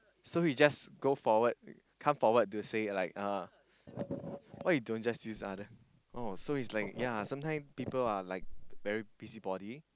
so he just go forward come forward to say like uh why you don't just use other oh so is like ya sometime people are like very busybody